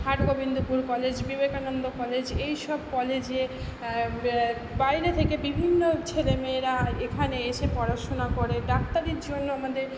হাট Gobindapur college Vivekananda college এই সব কলেজে বাইরে থেকে বিভিন্ন ছেলে মেয়েরা এখানে এসে পড়াশুনা করে ডাক্তারির জন্য আমাদের